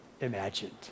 imagined